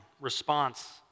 response